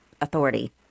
authority